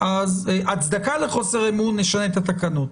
הצדקה לחוסר האמון, נשנה את התקנות.